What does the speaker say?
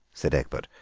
said egbert,